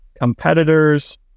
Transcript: competitors